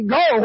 go